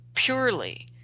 purely